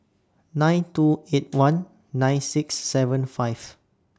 nine two eight one nine six seven five